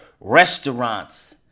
restaurants